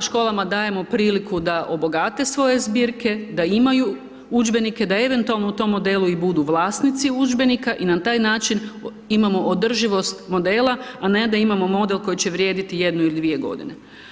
školama dajemo priliku da obogate svoje zbirke, da imaju udžbenika, da eventualno u tom modelu i budu vlasnici udžbenika i na taj način imamo održivost modela, a ne da imamo model koji će vrijediti jednu ili dvije godine.